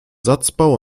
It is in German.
satzbau